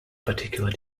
particular